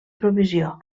provisió